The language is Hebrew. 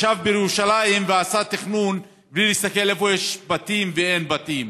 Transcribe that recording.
ישב בירושלים ועשה תכנון בלי להסתכל איפה יש בתים ואיפה אין בתים.